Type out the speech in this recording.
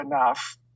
enough